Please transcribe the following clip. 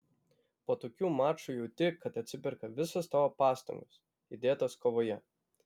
po tokių mačų jauti kad atsiperka visos tavo pastangos įdėtos kovoje